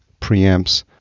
preamps